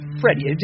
Freddie